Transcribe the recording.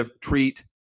treat